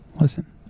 Listen